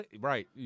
Right